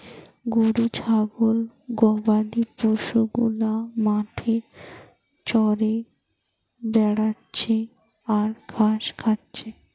গরু ছাগল গবাদি পশু গুলা মাঠে চরে বেড়াচ্ছে আর ঘাস খাচ্ছে